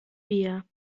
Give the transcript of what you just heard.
wir